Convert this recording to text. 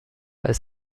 ist